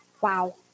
Wow